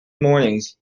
mornings